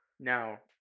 Now